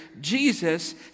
Jesus